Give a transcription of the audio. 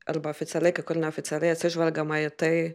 arba oficialiai kai kur neoficialiai atsižvelgiama į tai